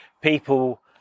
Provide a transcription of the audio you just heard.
people